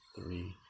three